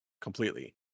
completely